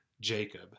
Jacob